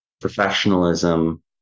professionalism